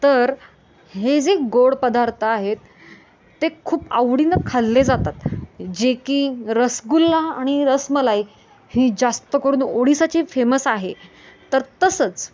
तर हे जे गोड पदार्थ आहेत ते खूप आवडीनं खाल्ले जातात जे की रसगुल्ला आणि रसमलाई ही जास्त करून ओडिसाची फेमस आहे तर तसंच